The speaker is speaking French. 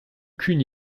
qu’une